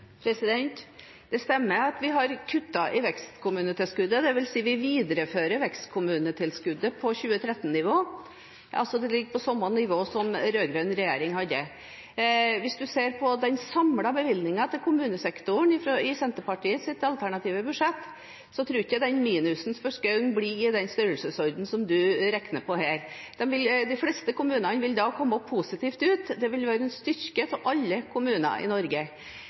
Det stemmer at vi har kuttet i vekstkommunetilskuddet. Det vil si: Vi viderefører vekstkommunetilskuddet på 2013-nivå. Så det ligger på samme nivå som den rød-grønne regjeringen hadde. Hvis man ser på den samlede bevilgningen til kommunesektoren i Senterpartiets alternative budsjett, tror jeg ikke den minusen for Skaun blir i den størrelsesorden som representanten har regnet seg fram til her. De fleste kommunene vil komme positivt ut. Det vil være en styrke for alle kommuner i Norge.